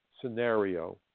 scenario